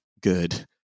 good